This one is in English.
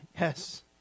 Yes